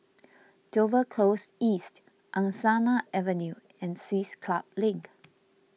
Dover Close East Angsana Avenue and Swiss Club Link